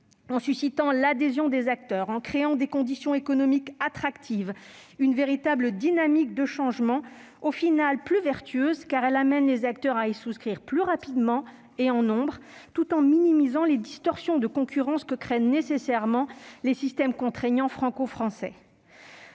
en suscitant leur adhésion et en créant des conditions économiques attractives et une véritable dynamique de changement, en définitive plus vertueuse, car lesdits acteurs y souscrivent plus rapidement et en nombre, tout en minimisant les distorsions de concurrence que créent nécessairement les systèmes contraignants franco-français.